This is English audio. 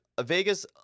Vegas